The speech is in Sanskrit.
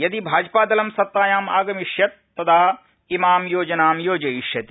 यदि भाजपादलं सत्तायां आगमिष्यत् तदा इमां योजनां योजयिष्यति